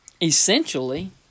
Essentially